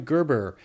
Gerber